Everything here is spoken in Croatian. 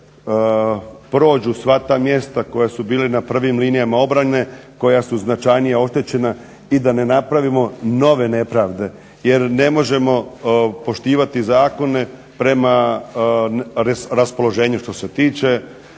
prođu sva ta mjesta koja su bila na prvim linijama obrane, koja su značajnije oštećena i da ne napravimo nove nepravde jer ne možemo poštivati zakone prema raspoloženju što se tiče.